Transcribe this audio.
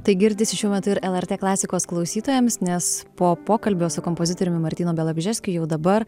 tai girdisi šiuo metu ir lrt klasikos klausytojams nes po pokalbio su kompozitoriumi martynu bialobžeskiu jau dabar